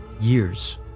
Years